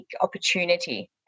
opportunity